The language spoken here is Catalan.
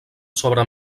sobre